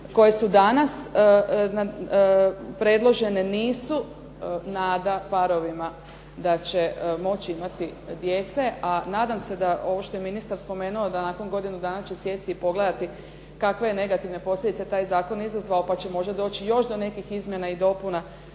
koje su danas predložene, nisu nada parovima da će moći imati djece. A nadam se da ovo što je ministar spomenuo da nakon godinu dana će sjesti i pogledati kakve je negativne posljedice taj zakon izazvao, pa će možda još doći do nekih izmjena i dopuna,